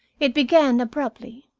it began abruptly.